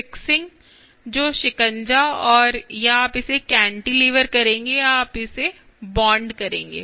fixing जो शिकंजा और या आप इसे कैंटिलीवर करेंगे या आप इसे बांड करेंगे